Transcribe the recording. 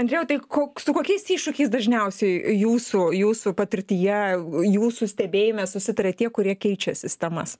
andriejau tai ko su kokiais iššūkiais dažniausiai jūsų jūsų patirtyje jūsų stebėjime susitaria tie kurie keičia sistemas